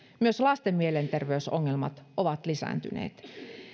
myös lasten mielenterveysongelmat ovat lisääntyneet